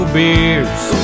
beers